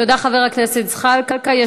תודה, חבר הכנסת זחאלקה.